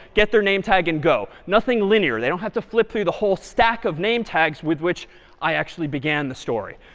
get their name tag, and go. nothing linear. they don't have to flip through the whole stack of name tags with which i actually began the story.